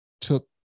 took